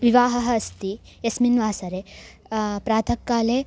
विवाहः अस्ति यस्मिन् वासरे प्राथःकाले